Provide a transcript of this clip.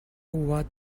what